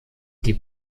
die